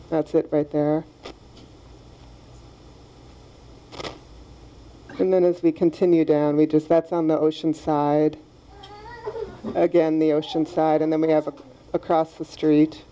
that's it right there and then as we continue down we just that's on the ocean side again the ocean side and then we have an across the street